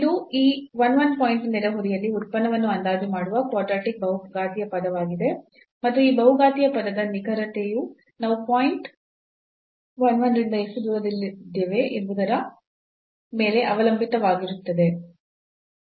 ಇದು ಈ 1 1 ಪಾಯಿಂಟ್ನ ನೆರೆಹೊರೆಯಲ್ಲಿ ಉತ್ಪನ್ನವನ್ನು ಅಂದಾಜು ಮಾಡುವ ಕ್ವಾಡ್ರಾಟಿಕ್ ಬಹುಘಾತೀಯ ಪದವಾಗಿದೆ ಮತ್ತು ಈ ಬಹುಘಾತೀಯ ಪದದ ನಿಖರತೆಯು ನಾವು ಪಾಯಿಂಟ್ 1 1 ರಿಂದ ಎಷ್ಟು ದೂರದಲ್ಲಿದ್ದೇವೆ ಎಂಬುದರ ಮೇಲೆ ಅವಲಂಬಿತವಾಗಿರುತ್ತದೆ